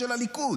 של הליכוד